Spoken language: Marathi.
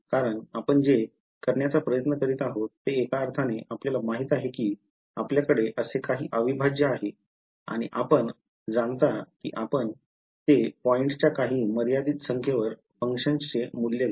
कारण आपण जे करण्याचा प्रयत्न करीत आहोत ते एका अर्थाने आपल्याला माहित आहे की आपल्याकडे असे काही अविभाज्य आहे आणि आपण जाणता की आपण ते पॉईंट्सच्या काही मर्यादित संख्येवर फंक्शनचे मूल्य घेतो